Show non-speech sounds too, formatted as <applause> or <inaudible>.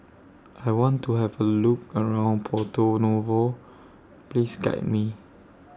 I want to Have A Look around <noise> Porto Novo Please Guide Me